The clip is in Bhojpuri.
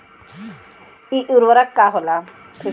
इ उर्वरक का होला?